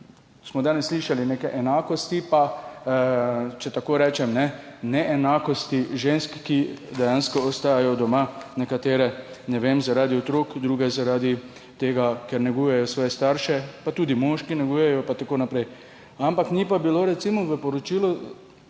smo slišali neke enakosti, če tako rečem, pa neenakosti žensk, ki dejansko ostajajo doma, nekatere, ne vem, zaradi otrok, druge zaradi tega, ker negujejo svoje starše, pa tudi moški negujejo pa tako naprej. Ampak ni pa bilo recimo v poročilu